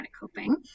coping